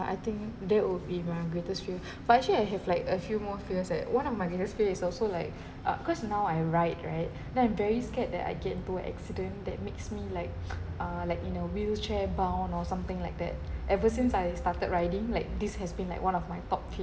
but I think that would be my greatest fear but actually I have like a few more fears eh one of my greatest fear is also like uh cause now I ride right then I'm very scared that I get into accident that makes me like uh like in a wheelchair bound or something like that ever since I started riding like this has been like one of my top fear